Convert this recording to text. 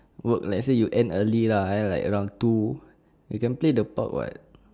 work let's say you end early lah ah lah like around two you can play the pub [what]